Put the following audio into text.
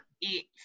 eat